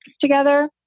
together